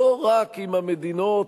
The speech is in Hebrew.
לא רק עם המדינות